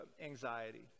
anxiety